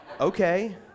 okay